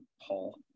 Paul